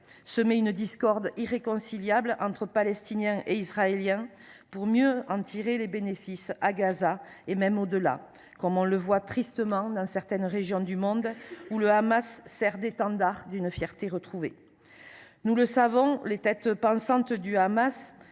semer une discorde irréconciliable entre Palestiniens et Israéliens pour mieux en tirer les bénéfices à Gaza, voire au delà, comme on le constate tristement dans certaines régions du monde où le Hamas sert d’étendard à une fierté retrouvée. Nous le savons, les têtes pensantes du Hamas,